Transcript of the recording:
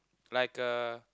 like a